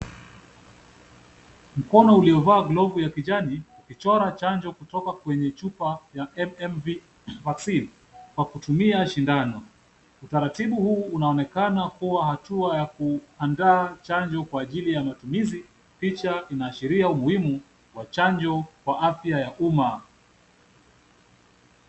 Mkono uliovaa glovu ya kijani ukichora chanjo kutoka kwenye chupa ya MMV vaccine kwa kutumia sindano. Utaratibu huu unaonekana kuwa hatua ya kuandaa chanjo kwa ajili ya matumizi. Picha inaashiria umuhimu wa chanjo kwa afya ya umma.